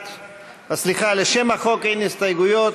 1. סליחה, לשם החוק אין הסתייגויות.